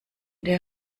der